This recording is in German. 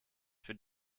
für